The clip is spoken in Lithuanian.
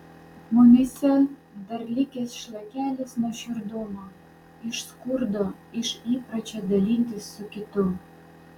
mumyse dar likęs šlakelis nuoširdumo iš skurdo iš įpročio dalintis su kitu